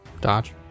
Dodge